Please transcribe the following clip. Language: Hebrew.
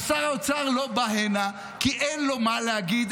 שר האוצר לא בא הנה כי אין לו מה להגיד.